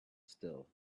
still